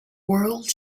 world